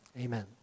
amen